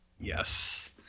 Yes